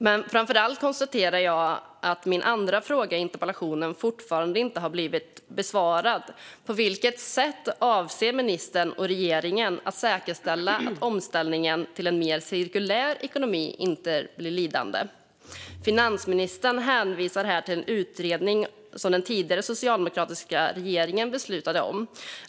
Men framför allt konstaterar jag att min andra fråga i interpellationen fortfarande inte har blivit besvarad. På vilket sätt avser ministern och regeringen att säkerställa att omställningen till en mer cirkulär ekonomi inte blir lidande? Finansministern hänvisar här till en utredning som den tidigare socialdemokratiska regeringen beslutade om.